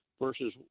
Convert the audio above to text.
versus